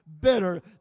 better